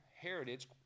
heritage